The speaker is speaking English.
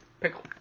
pickle